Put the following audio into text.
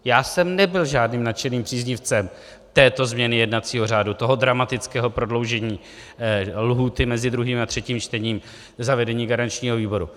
Já jsem nebyl žádným nadšeným příznivcem této změny jednacího řádu, toho dramatického prodloužení lhůty mezi druhým a třetím čtením za vedení garančního výboru.